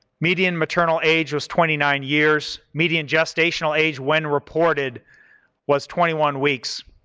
median maternal age was twenty nine years. median gestational age when reported was twenty one weeks.